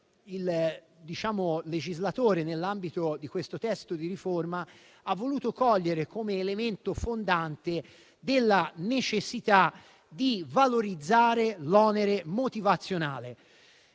il legislatore, nell'ambito di questo testo di riforma, ha voluto cogliere come elemento fondante della necessità di valorizzare l'onere motivazionale,